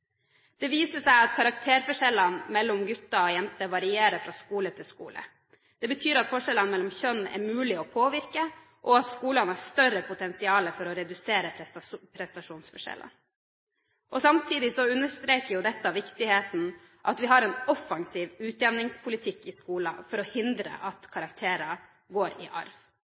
Det viser seg at karakterforskjellene mellom gutter og jenter varierer fra skole til skole. Det betyr at forskjellene mellom kjønn er det mulig å påvirke, og at skolene har større potensial for å redusere prestasjonsforskjellene. Samtidig understreker dette viktigheten av å ha en offensiv utjevningspolitikk i skolen for å hindre at karakterer «går i arv».